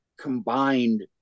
combined